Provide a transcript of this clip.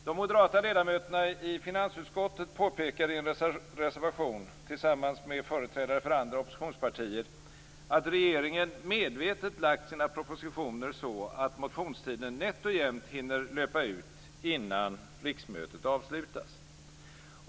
De moderata ledamöterna i finansutskottet påpekar i en reservation tillsammans med företrädare för andra oppositionspartier att regeringen medvetet lagt fram sina propositioner så att motionstiden nätt och jämnt hinner löpa ut innan riksmötet avslutas.